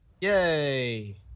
yay